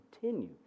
continue